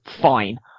fine